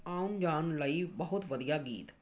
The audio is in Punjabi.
ਆਉਣ ਜਾਣ ਲਈ ਬਹੁਤ ਵਧੀਆ ਗੀਤ